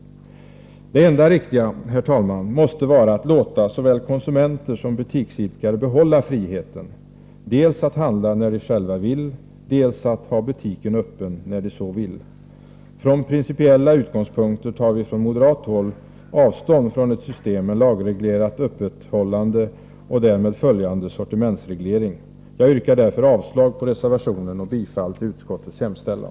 Det enda riktiga, herr talman, måste vara att låta såväl konsumenter som butiksidkare behålla friheten — dels att handla när de själva vill, dels att ha butiken öppen när de så vill. Från principiella utgångspunkter tar vi på moderat håll avstånd från ett system med lagreglerat öppethållande och därmed följande sortimentsreglering. Jag yrkar därför avslag på reservationen och bifall till utskottets hemställan.